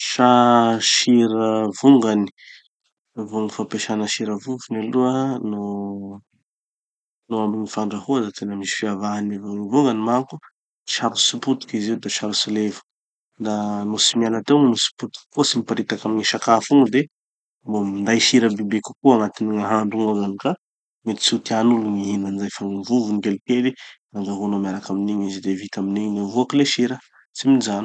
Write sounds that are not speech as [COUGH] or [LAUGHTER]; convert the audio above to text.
[AUDIO DISTORTION] sa sira vongany? Vô gny fampesana sira vovony aloha nô nô amy fandrahoa da tena misy fiavahany aloha. Gny vongany manko sarotsy potiky izy io da sarotsy levo. Da no tsy miala teo igny tsy potiky koa tsy miparitaky amy gny sakafo igny de mbo minday sira bebe kokoa agnatin'ny gn'ahandro igny ao ka mety tsy ho tian'ny gn'olo gny mihina anizay fa gny vovony kelikely, andrahona miaraky amin'igny izy de vita amin'igny, mivoaky le sira, tsy mijano.